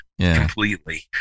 completely